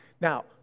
Now